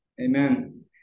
Amen